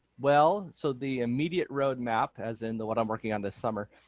well so the immediate roadmap, as in the one i'm working on this summer,